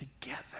together